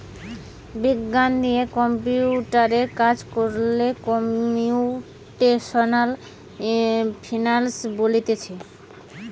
বিজ্ঞান দিয়ে কম্পিউটারে কাজ কোরলে কম্পিউটেশনাল ফিনান্স বলতিছে